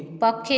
ପକ୍ଷୀ